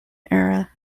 era